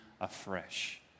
afresh